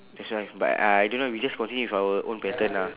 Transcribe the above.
that's why but I don't know we just continue with our own pattern ah